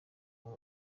kuri